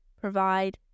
provide